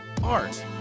art